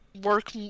work